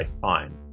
fine